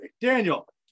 daniel